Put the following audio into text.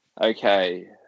okay